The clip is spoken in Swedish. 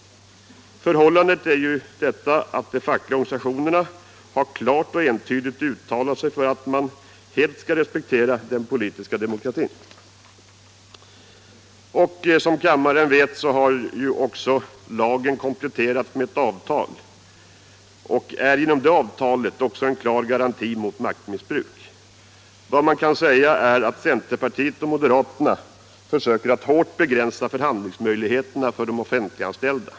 Förhållandet är ju det att de fackliga organisationerna klart och entydigt har uttalat sig för att man helt skall respektera den politiska demokratin. Som kammaren vet har också lagen kompletterats med ett avtal, och det avtalet är en klar garanti mot maktmissbruk. Folkpartiet och moderaterna försöker att hårt begränsa förhandlingsmöjligheterna för de offentligt anställda.